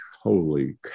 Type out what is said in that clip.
holy